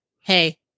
hey